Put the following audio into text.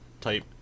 type